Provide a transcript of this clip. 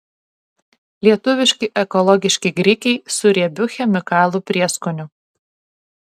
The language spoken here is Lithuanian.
lietuviški ekologiški grikiai su riebiu chemikalų prieskoniu